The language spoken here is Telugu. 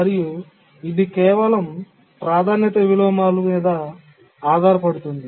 మరియు ఇది కేవలం ప్రాధాన్యత విలోమాలు మీద ఆధారపడుతుంది